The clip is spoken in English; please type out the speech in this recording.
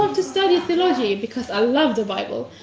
um to study theology because i loved the bible.